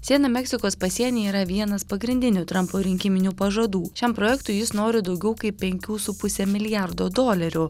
siena meksikos pasienyje yra vienas pagrindinių trumpo rinkiminių pažadų šiam projektui jis nori daugiau kaip penkių su puse milijardo dolerių